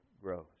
grows